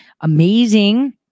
amazing